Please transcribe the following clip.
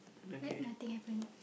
like nothing happen